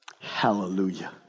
Hallelujah